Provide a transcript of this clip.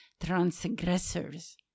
transgressors